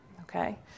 Okay